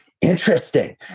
Interesting